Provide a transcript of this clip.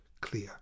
clear